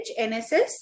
NSS